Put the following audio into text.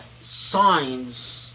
signs